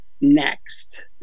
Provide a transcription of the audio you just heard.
next